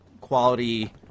quality